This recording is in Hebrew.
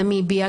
נמיביה,